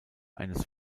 eines